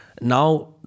now